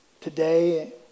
today